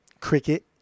Cricket